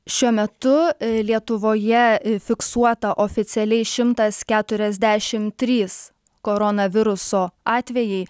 šiuo metu lietuvoje fiksuota oficialiai šimtas keturiasdešimt trys koronaviruso atvejai